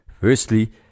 Firstly